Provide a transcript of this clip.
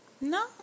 No